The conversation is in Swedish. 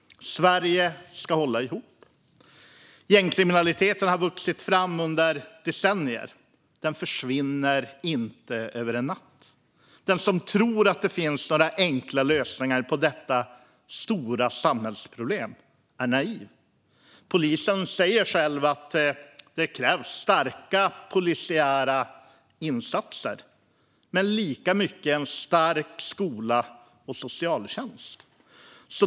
Sverige ska hålla ihop. Gängkriminaliteten har vuxit fram under decennier. Den försvinner inte över en natt. Den som tror att det finns några enkla lösningar på detta stora samhällsproblem är naiv. Polisen säger själv att det krävs starka polisiära insatser likaväl som en starkare skola och socialtjänst.